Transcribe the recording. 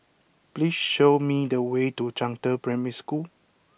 please show me the way to Zhangde Primary School